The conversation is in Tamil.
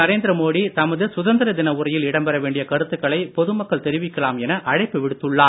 நரேந்திர மோடி தமது சுதந்திர தின உரையில் இடம்பெற வேண்டிய கருத்துக்களை பொதுமக்கள் தெரிவிக்கலாம் என அழைப்பு விடுத்துள்ளார்